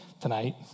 tonight